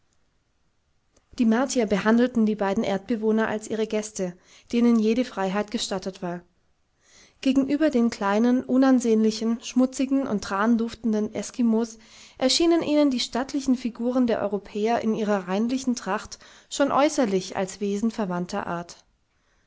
die martier behandelten die beiden erdbewohner als ihre gäste denen jede freiheit gestattet war gegenüber den kleinen unansehnlichen schmutzigen und tranduftenden eskimos erschienen ihnen die stattlichen figuren der europäer in ihrer reinlichen tracht schon äußerlich als wesen verwandter art